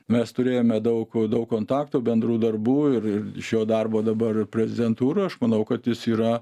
mes turėjome daug daug kontaktų bendrų darbų ir ir iš jo darbo dabar prezidentūro aš manau kad jis yra